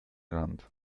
rand